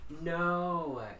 No